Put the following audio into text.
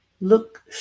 Look